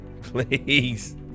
Please